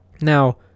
Now